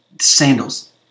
sandals